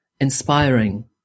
inspiring